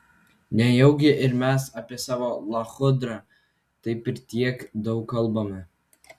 nejaugi ir mes apie savo lachudrą taip ir tiek daug kalbame